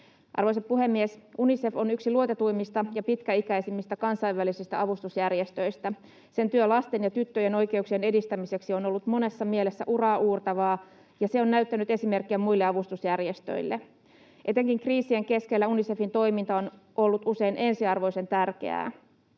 Arvoisa puhemies! Unicef on yksi luotetuimmista ja pitkäikäisimmistä kansainvälisistä avustusjärjestöistä. Sen työ lasten ja tyttöjen oikeuksien edistämiseksi on ollut monessa mielessä uraauurtavaa, ja se on näyttänyt esimerkkiä muille avustusjärjestöille. Etenkin kriisien keskellä Unicefin toiminta on ollut usein ensiarvoisen tärkeää.